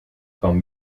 kwam